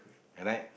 right